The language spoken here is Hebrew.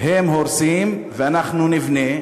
הם הורסים ואנחנו נבנה.